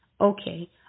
okay